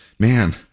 Man